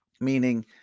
Meaning